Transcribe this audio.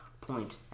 point